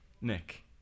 Nick